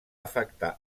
afectar